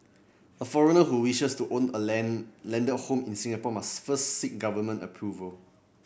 a foreigner who wishes to own a land landed home in Singapore must first seek government approval